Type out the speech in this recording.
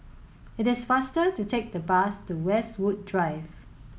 it is faster to take the bus to Westwood Drive